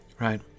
right